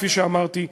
כפי שאמרתי,